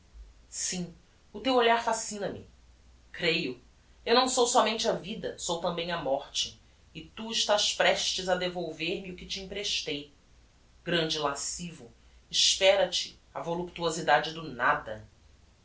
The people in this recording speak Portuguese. sim o teu olhar fascina me creio eu não sou somente a vida sou tambem a morte e tu estás prestes a devolver me o que te emprestei grande lascivo espera te a voluptuosidade do nada